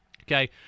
Okay